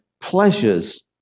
pleasures